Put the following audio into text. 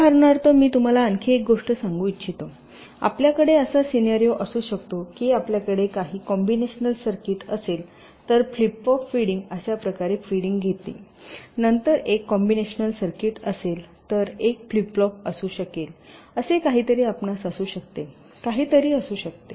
उदाहरणार्थ मी तुम्हाला आणखी एक गोष्ट सांगू इच्छितो आपल्याकडे असा सिन्यरिओ असू शकतो की आपल्याकडे काही कंबिनेशनल सर्किट असेल तर फ्लिप फ्लॉप फीडिंग अशा प्रकारे फीडिंग घेईल नंतर एक कंबिनेशनल सर्किट असेल तर एक फ्लिप फ्लॉप असू शकेल असे काहीतरी आपणास असू शकते काहीतरी असू शकते